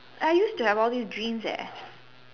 I used to have all these dreams eh